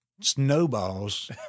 snowballs